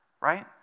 right